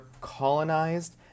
colonized